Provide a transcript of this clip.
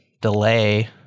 delay